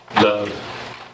Love